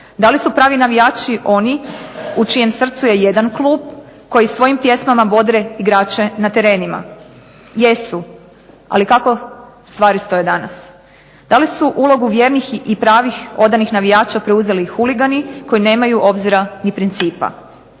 Da li su pravi navijači oni u čijem srcu je jedan klub, koji svojim pjesmama bodre igrače na terenima? Jesu, ali kako stvari stoje danas? Da li su ulogu vjernih i pravih, odanih navijača preuzeli huligani koji nemaju obzira ni principa?